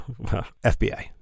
FBI